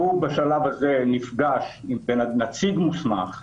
בשלב הזה הוא נפגש עם נציג מוסמך,